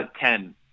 Ten